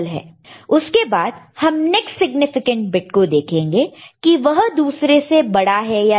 उसके बाद हम नेक्स्ट सिग्निफिकेंट बिट को देखेंगे कि वह दूसरे से बड़ा है या नहीं